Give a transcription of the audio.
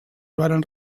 varen